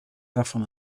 waarvan